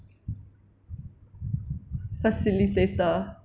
facilitator